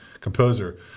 composer